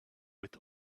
with